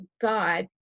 God